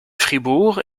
fribourg